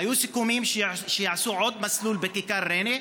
היו סיכומים שיעשו עוד מסלול בכיכר בריינה,